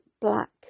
black